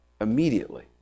immediately